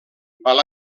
val